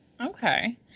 Okay